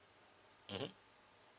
mmhmm